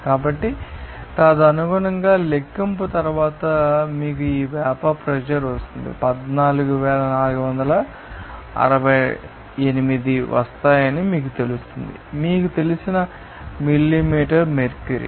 కాబట్టి తదనుగుణంగా లెక్కింపు తరువాత మీకు ఈ వేపర్ ప్రెషర్ వస్తుంది 14468 వస్తాయని మీకు తెలుస్తుంది మీకు తెలిసిన మిల్లీమీటర్ మెర్క్యూరీ